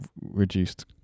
reduced